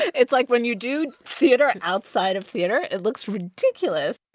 it's like when you do theater and outside of theater, it looks ridiculous